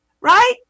Right